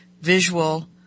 visual